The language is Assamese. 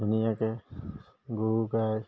ধুনীয়াকৈ গৰু গাই